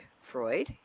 Freud